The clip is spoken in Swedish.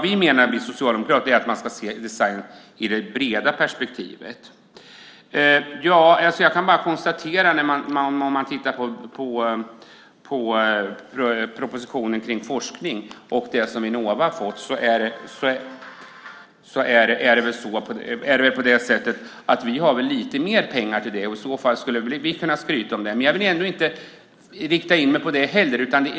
Vi socialdemokrater menar att man ska se design i det breda perspektivet. Med tanke på propositionen om forskning och det som Vinnova har fått kan jag skryta med att Socialdemokraterna ger lite mer pengar. Jag vill ändå inte rikta in mig på det.